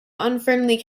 unfriendly